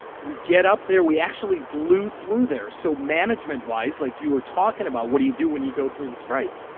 we get up there. we actually blew through there. so management wise, like you were talking about, what do you do when you go through the strike?